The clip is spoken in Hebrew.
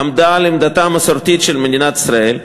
עמדה על עמדתה המסורתית של מדינת ישראל,